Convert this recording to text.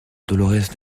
dolorès